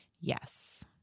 yes